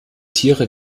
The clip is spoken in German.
tiere